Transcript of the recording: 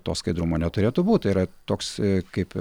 to skaidrumo neturėtų būti toks kaip